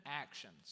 actions